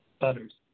butters